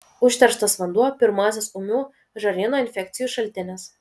užterštas vanduo pirmasis ūmių žarnyno infekcijų šaltinis